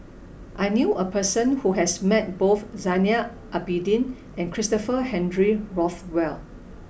I knew a person who has met both Zainal Abidin and Christopher Henry Rothwell